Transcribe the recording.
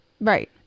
Right